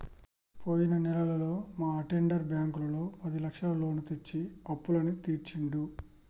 పోయిన నెలలో మా అటెండర్ బ్యాంకులో పదిలక్షల లోను తెచ్చి అప్పులన్నీ తీర్చిండు